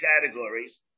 categories